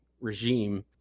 regime